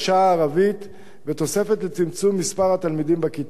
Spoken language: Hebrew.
הערבית ותוספת לצמצום מספר התלמידים בכיתה.